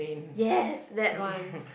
yes that one